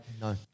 No